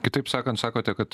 kitaip sakant sakote kad